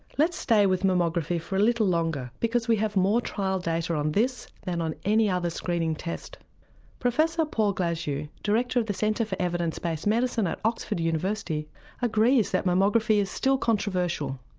let's stay with mammography for a little longer, because we have more trial data on this than on any other screening test professor paul glasziou, director of the centre for evidence based medicine at oxford university agrees that mammography is still controversial.